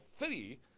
three